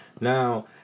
Now